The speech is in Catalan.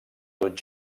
tot